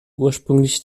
ursprünglich